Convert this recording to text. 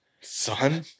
Son